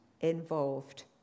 involved